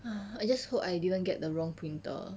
!huh! I just hope I didn't get the wrong printer